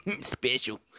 Special